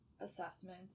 assessment